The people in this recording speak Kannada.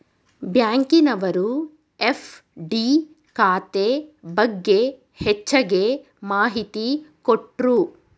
ಬ್ಯಾಂಕಿನವರು ಎಫ್.ಡಿ ಖಾತೆ ಬಗ್ಗೆ ಹೆಚ್ಚಗೆ ಮಾಹಿತಿ ಕೊಟ್ರು